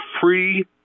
free